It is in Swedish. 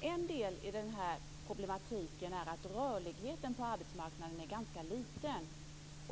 En del i den här problematiken är att rörligheten på arbetsmarknaden är ganska liten.